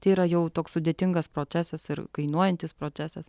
tai yra jau toks sudėtingas procesas ir kainuojantis procesas